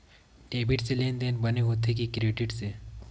Debit से लेनदेन बने होथे कि क्रेडिट से?